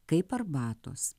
kaip arbatos